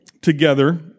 together